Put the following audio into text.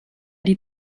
die